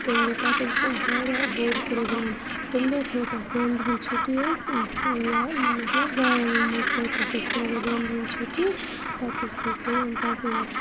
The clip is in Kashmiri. تَمہِ دۄہ پَتہٕ حظ گوٚو اَسہِ واریاہ بوٚڈ پرٛوگرام تَمہِ دۄہ تھٲوٕکھ اَسہِ دۄن دۄہَن چھُٹی حظ یہِ مَطلب دارالعلوم منٛز تھٲوٕکھ اَسہِ ٲسۍ تَمہِ دۄہ دۄنۍ دۄہن چھُٹی پَتہٕ حظ گٔے کٲم پَتہٕ یہِ